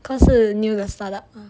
它是 new 的 startup